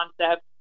concept